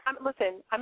Listen